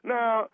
Now